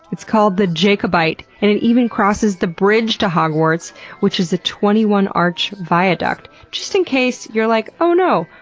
it's called the jacobite. and it even crosses the bridge to hogwarts which is a twenty one arch viaduct, just in case you're like, oh no,